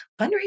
fundraising